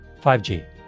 5G